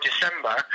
December